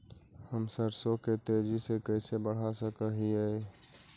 हम सरसों के तेजी से कैसे बढ़ा सक हिय?